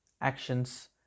actions